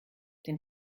den